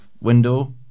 window